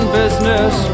business